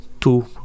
two